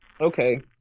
Okay